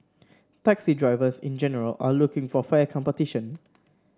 taxi drivers in general are looking for fair competition